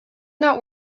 not